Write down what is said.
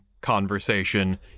conversation